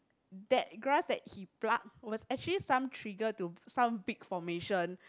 that grass that he pluck was actually some trigger to some big formation